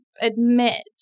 admit